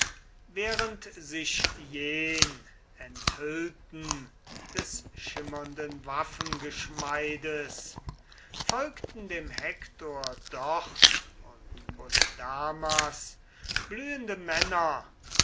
während sich jen enthüllten des schimmernden waffengeschmeides folgten dem hektor dort und polydamas blühende männer